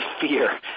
fear